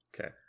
Okay